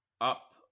up